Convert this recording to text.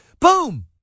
boom